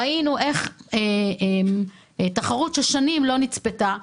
ראינו איך תחרות ששנים לא נצפתה,